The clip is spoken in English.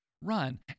run